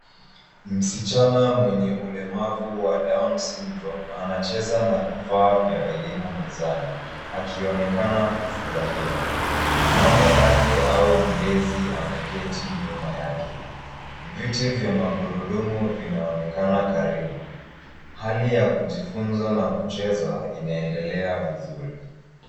Msichana mwenye ulemavu wa Downs Syndrome anacheza na vifaa vya elimu mezani akionekana kufurahia, mama yake au mlezi ameketi nyuma yake viti vya magurudumu vinaonekana karibu. Hali ya kujifunza na kucheza inaendelea vizuri.